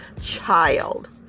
child